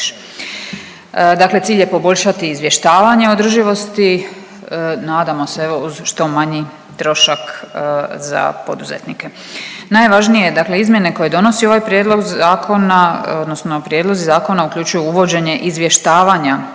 Dakle, cilj je poboljšati izvještavanje održivosti, nadamo se evo uz što manji trošak za poduzetnike. Najvažnije izmjene koje donosi ovaj prijedlog zakona odnosno prijedlozi zakona uključuju uvođenje izvještavanja